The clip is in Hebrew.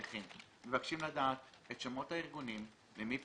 הנכים, מבקשים לדעת את שמות הארגונים, למי פנו,